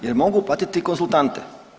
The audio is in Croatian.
Jer mogu platiti konzultante.